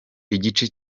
igice